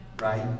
right